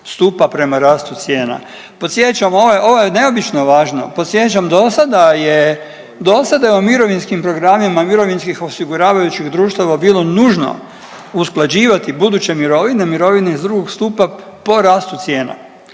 stupa prema rastu cijena. Podsjećam ovo je neobično važno. Podsjećam do sada je u mirovinskim programima, mirovinskih osiguravajućih društava bilo nužno usklađivati buduće mirovine, mirovine iz drugog stupa po rastu cijena.